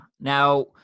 Now